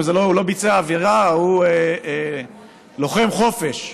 הוא לא ביצע עבירה, הוא לוחם חופש.